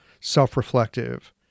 self-reflective